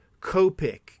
copic